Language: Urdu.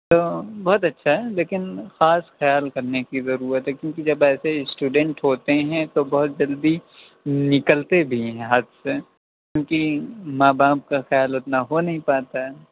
تو بہت اچھا ہے لیکن خاص خیال کرنے کی ضرورت ہے کیوںکہ جب ایسے اسٹوڈینٹ ہوتے ہیں تو بہت جلدی نکلتے بھی ہیں یہاں سے کیوںکہ ماں باپ کا خیال اتنا ہو نہیں پاتا ہے